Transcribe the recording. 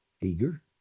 eager